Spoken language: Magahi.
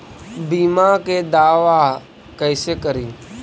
बीमा के दावा कैसे करी?